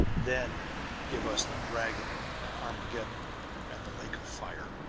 then give us the dragon and armageddon and the lake of fire.